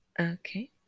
Okay